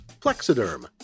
Plexiderm